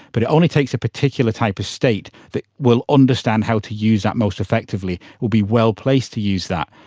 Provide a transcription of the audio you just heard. but it only takes a particular type of state that will understand how to use that most effectively, will be well placed to use that.